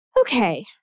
Okay